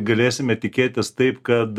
galėsime tikėtis taip kad